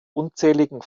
unzähligen